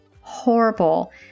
horrible